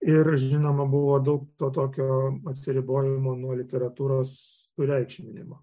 ir žinoma buvo daug to tokio atsiribojimo nuo literatūros sureikšminimo